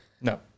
No